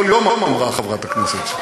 כל יום, אמרה חברת הכנסת,